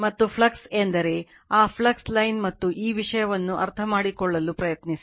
ಮತ್ತು ಫ್ಲಕ್ಸ್ ಎಂದರೆ ಆ ಫ್ಲಕ್ಸ್ ಲೈನ್ ಮತ್ತು ಈ ವಿಷಯವನ್ನು ಅರ್ಥಮಾಡಿಕೊಳ್ಳಲು ಪ್ರಯತ್ನಿಸಿ